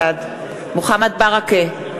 בעד מוחמד ברכה,